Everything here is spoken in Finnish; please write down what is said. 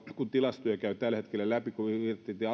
kun tilastoja käy tällä hetkellä läpi ja